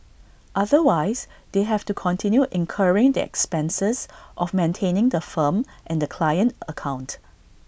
otherwise they have to continue incurring the expenses of maintaining the firm and the client account